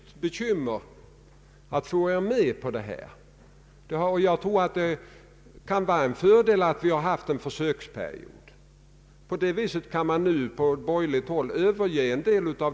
I verkligheten har vi kanske bättre tid än andra länder att handla, vi har rådrum på ett annat sätt än vad man har på många andra håll.